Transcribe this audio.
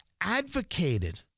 advocated